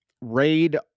raid